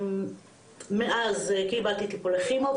מאז קיבלתי טיפולי כימותרפיה,